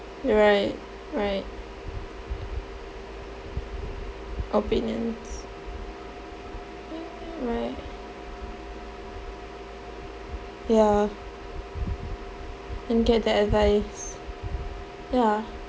right right opinions right ya and get their advice ya